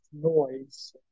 noise